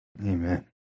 Amen